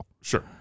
sure